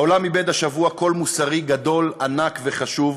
העולם איבד השבוע קול מוסרי גדול, ענק וחשוב